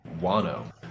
Wano